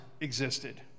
existed